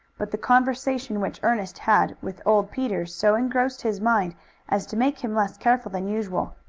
but the conversation which ernest had with old peter so engrossed his mind as to make him less careful than usual.